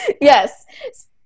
Yes